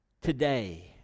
Today